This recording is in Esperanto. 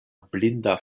blinda